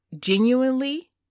genuinely